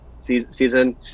season